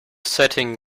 setting